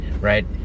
right